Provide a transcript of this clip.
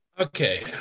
Okay